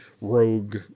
rogue